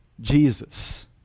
Jesus